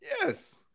yes